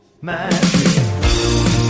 Magic